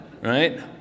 Right